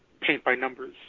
paint-by-numbers